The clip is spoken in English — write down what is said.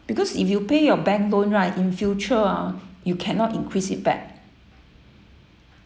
because if you pay your bank loan right in future ah you cannot increase it back